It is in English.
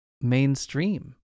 mainstream